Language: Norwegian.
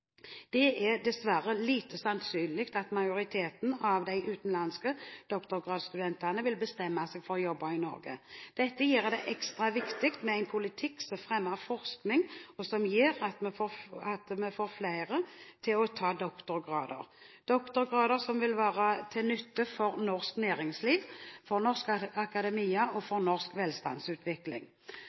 Det er, dessverre, lite sannsynlig at majoriteten av de utenlandske doktorgradsstudentene vil bestemme seg for å jobbe i Norge. Dette gjør det ekstra viktig med en politikk som fremmer forskningen, og som gjør at vi får flere til å ta doktorgrad – doktorgrader som vil være til nytte for norsk næringsliv, for norsk akademia og for norsk velstandsutvikling.